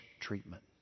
treatment